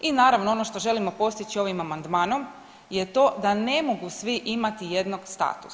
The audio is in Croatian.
I naravno ono što želimo postići ovim amandmanom je to da ne mogu svi imati jednak status.